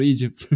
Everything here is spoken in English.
Egypt